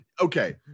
okay